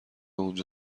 اونجا